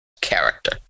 character